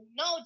no